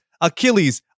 Achilles